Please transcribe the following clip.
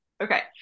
okay